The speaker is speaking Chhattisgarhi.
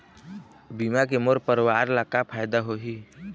बीमा के मोर परवार ला का फायदा होही?